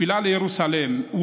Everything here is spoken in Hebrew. תפילה לירוסלם: